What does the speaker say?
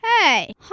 Hey